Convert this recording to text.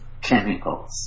chemicals